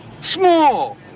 Small